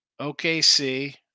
OKC